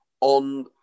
on